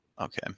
Okay